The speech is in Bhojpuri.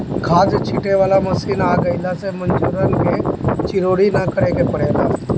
खाद छींटे वाला मशीन आ गइला से मजूरन के चिरौरी ना करे के पड़ेला